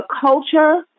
culture